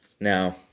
Now